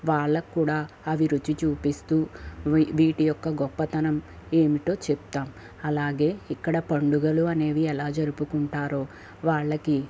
వాళ్ళకి కూడా అవి రుచి చూపిస్తూ వీ వీటి యొక్క గొప్పతనం ఏమిటో చెప్తాం అలాగే ఇక్కడ పండుగలు అనేవి ఎలా జరుపుకుంటారో వాళ్లకి